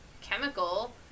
chemical